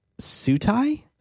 Sutai